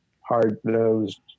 hard-nosed